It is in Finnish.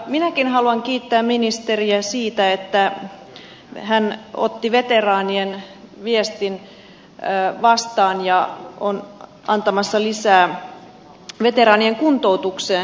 minäkin haluan kiittää ministeriä siitä että hän otti veteraanien viestin vastaan ja on antamassa lisää veteraanien kuntoutukseen